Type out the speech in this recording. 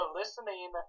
listening